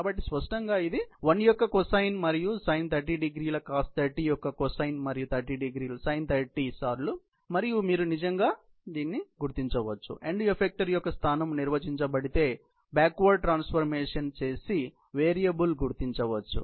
కాబట్టి స్పష్టంగా ఇది 1యొక్క కొసైన్ మరియు సైన్ 30 డిగ్రీల cos30 యొక్క కొసైన్ మరియు 30 డిగ్రీల sin 30 సార్లు 1 మరియు మీరు నిజంగా గుర్తించవచ్చు చేయవచ్చు ఎండ్ ఎఫక్టర్ యొక్క స్థానం నిర్వచించబడితే బాక్క్వర్డ్ ట్రాన్సఫార్మేషన్ చేసి వేరియబుల్ గుర్తించవచ్చు